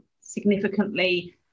significantly